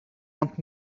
want